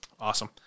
awesome